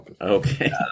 Okay